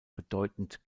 bedeutend